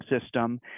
system